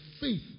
faith